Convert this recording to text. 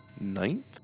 Ninth